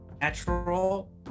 natural